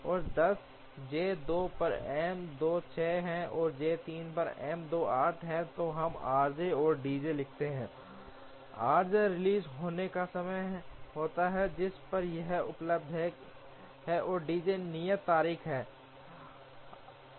10 J 2 पर M 2 6 है और J 3 पर M 2 8 है तो हम rj और dj लिखते हैं rj रिलीज़ होने का समय होता है जिस पर यह उपलब्ध है और dj नियत तारीख है